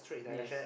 yes